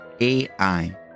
AI